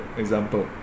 example